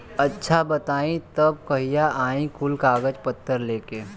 अच्छा बताई तब कहिया आई कुल कागज पतर लेके?